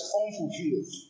unfulfilled